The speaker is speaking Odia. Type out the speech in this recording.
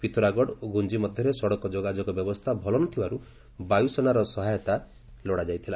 ପିଥୋରାଗଡ଼ ଓ ଗୁଞ୍ଜି ମଧ୍ୟରେ ସଡ଼କ ଯୋଗାଯୋଗ ବ୍ୟବସ୍ଥା ଭଲ ନ ଥିବାରୁ ବାୟୁସେନାର ସହାୟତା ଲୋଡ଼ାଯାଇଥିଲା